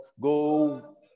Go